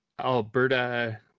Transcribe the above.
Alberta